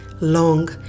long